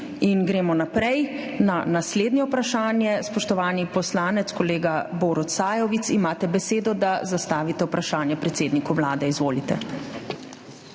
in gremo naprej na naslednje vprašanje. Spoštovani poslanec kolega Borut Sajovic, imate besedo, da zastavite vprašanje predsedniku Vlade. Izvolite.